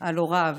על הוריו.